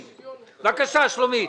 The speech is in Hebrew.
בבקשה, שלומית.